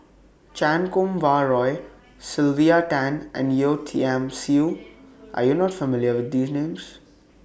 Chan Kum Wah Roy Sylvia Tan and Yeo Tiam Siew Are YOU not familiar with These Names